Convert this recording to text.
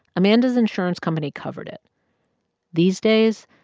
amanda's insurance company covered it these days,